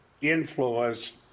influenced